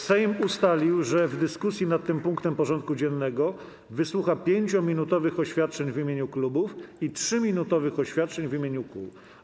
Sejm ustalił, że w dyskusji nad tym punktem porządku dziennego wysłucha 5-minutowych oświadczeń w imieniu klubów i 3-minutowych oświadczeń w imieniu kół.